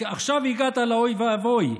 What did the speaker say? עכשיו הגעת לאוי ואבוי,